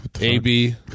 AB